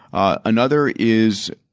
another is